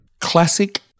Classic